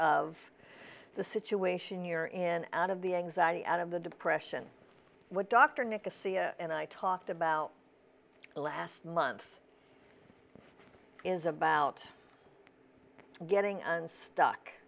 of the situation you're in out of the anxiety out of the depression what dr nicosia and i talked about last month is about getting unstuck